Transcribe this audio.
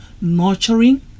Nurturing